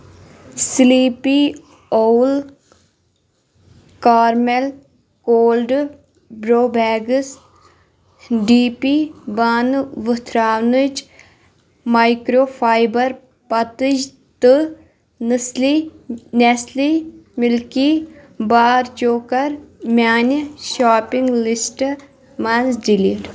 sleepy owl caramel cold brew bags, D P بانہٕ وۄتھراونٕچ microfibre پتٕج تہٕ نٔسلی نٮ۪سلے مِلکی بار چوٗ کَر میانہِ شاپنگ لسٹہٕ منٛز ڈیلیٖٹ